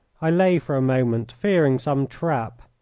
i lay for a moment, fearing some trap,